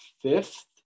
fifth